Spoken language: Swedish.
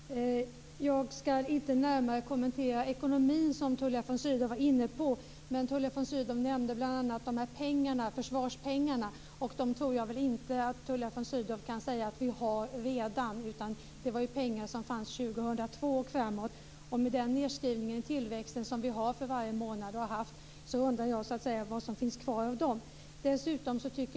Fru talman! Jag skall inte närmare kommentera ekonomin, som ju Tullia von Sydow var inne på. Tullia von Sydow nämnde bl.a. försvarspengarna men de tror jag inte att Tullia von Sydow kan säga att vi redan har. Det är ju pengar som finns år 2002 och framåt. Med den nedskrivning i tillväxten som vi har, och har haft, för varje månad undrar jag vad som finns kvar av de pengarna.